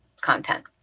content